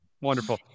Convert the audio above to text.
wonderful